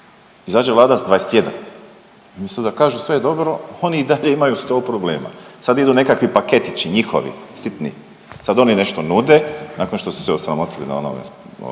izađe vlada s 21, umjesto da kažu sve je dobro oni i dalje imaju 100 problema. Sad idu nekakvi paketići njihovi sitni, sad oni nešto nude nakon što su se osramotili na onome